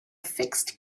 fixed